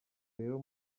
rero